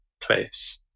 place